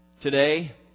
Today